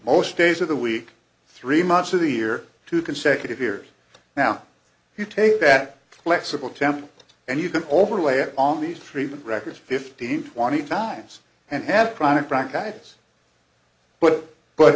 most days of the week three months of the year two consecutive years now if you take that flexible temple and you can overlay it on these treatment records fifteen twenty times and have chronic bronchitis but but